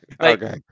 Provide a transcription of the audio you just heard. okay